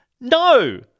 No